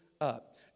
up